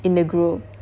in the group